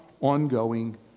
ongoing